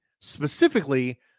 specifically